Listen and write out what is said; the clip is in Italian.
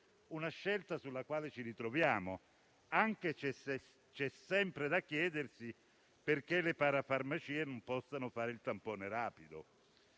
una scelta sulla quale ci ritroviamo, anche se c'è sempre da chiedersi perché le parafarmacie non possano fare il tampone rapido.